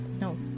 no